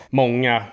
många